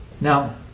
Now